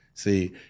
See